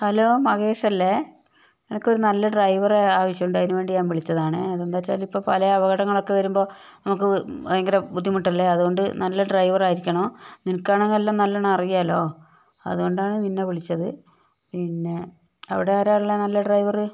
hello മഹേഷല്ലേ എനിക്കൊരു നല്ല ഡ്രൈവറെ ആവശ്യമുണ്ട് അതിന് വേണ്ടി ഞാൻ വിളിച്ചതാണേ അതെന്താന്ന്ച്ചാൽ ഇപ്പോൾ പല അപകടങ്ങളൊക്കെ വരുമ്പോൾ നമുക്ക് ഭയങ്കര ബുദ്ധിമുട്ടല്ലേ അതുകൊണ്ട് നല്ല ഡ്രൈവറായിരിക്കണം നിനക്കാണെങ്കിൽ എല്ലാം നല്ലോണം അറിയാലോ അതുകൊണ്ടാണ് നിന്നെ വിളിച്ചത് പിന്നെ അവിടാരാണു ഉള്ളത് നല്ല ഡ്രൈവറ്